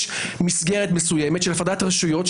שיש מסגרת מסוימת של הפרדת רשויות,